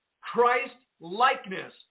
Christ-likeness